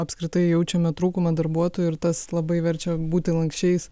apskritai jaučiame trūkumą darbuotojų ir tas labai verčia būti lanksčiais